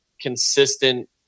consistent